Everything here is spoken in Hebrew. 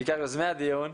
בעיקר יוזמי הדיון,